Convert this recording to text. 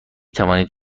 توانید